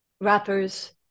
rappers